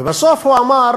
ובסוף הוא אמר: